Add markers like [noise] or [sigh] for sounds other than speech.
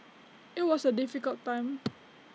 IT was A difficult time [noise]